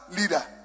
leader